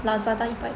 Lazada 一百多